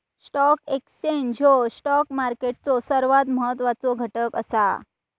stock exchange ह्यो stock मार्केटचो सर्वात महत्वाचो घटक असा